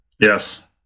Yes